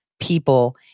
people